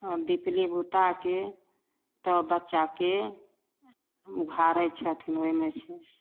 आओर दिपली बुताके तब बच्चाके उघाड़ै छथिन ओहिमे से